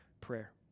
prayer